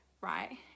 right